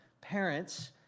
parents